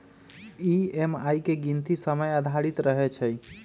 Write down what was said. EMI के गीनती समय आधारित रहै छइ